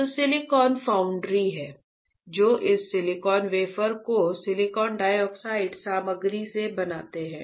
तो silicon foundry हैं जो इस सिलिकॉन वेफर को सिलिकॉन डाइऑक्साइड सामग्री से बनाते हैं